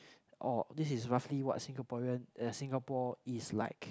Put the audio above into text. orh this is roughly what Singaporean uh Singapore is like